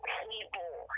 people